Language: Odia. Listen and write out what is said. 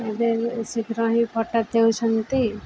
ଏବେ ଶୀଘ୍ର ହିଁ ଫଟୋ ଦେଉଛନ୍ତି